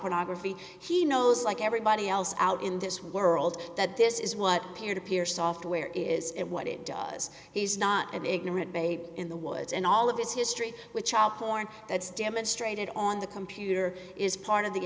pornography he knows like everybody else out in this world that this is what peer to peer software is it what it does he's not an ignorant babe in the woods and all of his history with child porn that's demonstrated on the computer is part of the